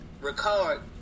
Ricard